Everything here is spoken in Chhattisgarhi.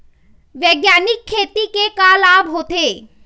बैग्यानिक खेती के का लाभ होथे?